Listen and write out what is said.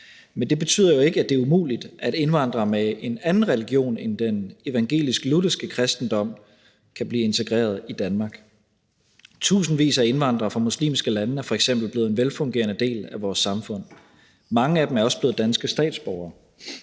men det betyder jo ikke, at det er umuligt, at indvandrere med en anden religion end den evangelisk-lutherske kristendom kan blive integreret i Danmark. Tusindvis af indvandrere fra muslimske lande er f.eks. blevet en velfungerende del af vores samfund. Mange af dem er også blevet danske statsborgere.